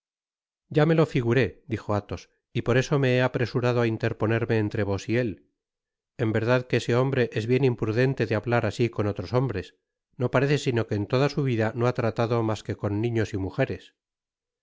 ya me lo figuré dijo athos y por eso me he apresurado á interponerme entre vos y él eo verdad que ese hombre es bien imprudente de hablar asi con otros hombres no parece sino que en toda su vida no ba tratado mas que con niños y mujeres